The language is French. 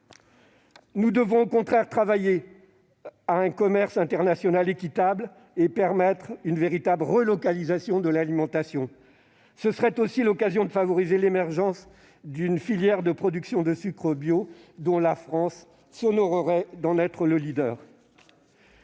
Nous devons, au contraire, travailler à un commerce international équitable et permettre une véritable relocalisation de l'alimentation. Ce serait aussi l'occasion de favoriser l'émergence d'une filière de production de sucre bio, dont la France s'honorerait d'être le leader.